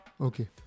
Okay